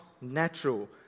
natural